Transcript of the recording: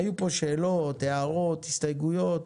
היו פה שאלות, הערות, הסתייגויות,